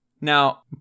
Now